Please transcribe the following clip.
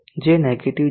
જે નેગેટીવ જાય છે